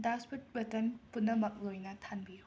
ꯗꯥꯁꯄꯨꯠ button ꯄꯨꯝꯅꯃꯛ ꯂꯣꯏꯅ ꯊꯥꯟꯕꯤꯌꯨ